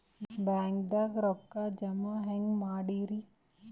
ಬ್ಯಾಂಕ್ದಾಗ ರೊಕ್ಕ ಜಮ ಹೆಂಗ್ ಮಾಡದ್ರಿ?